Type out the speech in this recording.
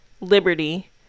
Liberty